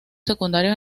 secundarios